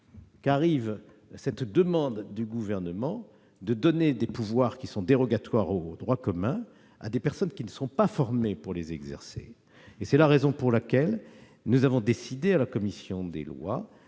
qu'arrive cette demande du Gouvernement de donner des pouvoirs dérogatoires au droit commun à des personnes qui ne sont pas formées pour les exercer. C'est la raison pour laquelle la commission des lois